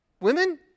women